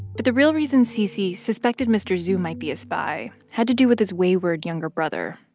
but the real reason cc suspected mr. zhu might be a spy had to do with his wayward younger brother,